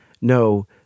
No